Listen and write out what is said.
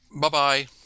Bye-bye